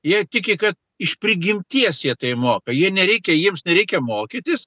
jie tiki kad iš prigimties jie tai moka jie nereikia jiems nereikia mokytis